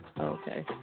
Okay